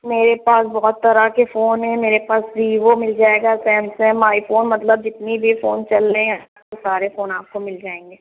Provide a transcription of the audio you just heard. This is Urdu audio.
میرے پاس بہت طرح کے فون ہیں میرے پاس ویوو مل جائے گا سیمسنگ آئی فون مطلب جنتے بھی فون چل رہے ہیں سارے فون آپ کو مل جائیں گے